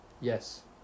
yes